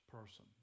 person